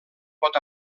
pot